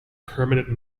permanent